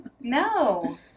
No